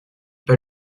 pas